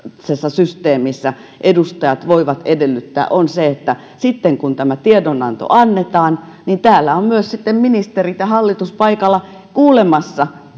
systeemissä edustajat voivat edellyttää on se että sitten kun tämä tiedonanto annetaan täällä ovat myös ministerit ja hallitus paikalla kuulemassa